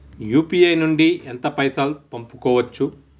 UPI నుండి ఎంత పైసల్ పంపుకోవచ్చు?